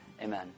Amen